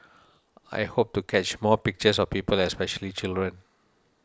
I hope to catch more pictures of people especially children